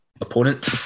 opponent